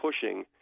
pushing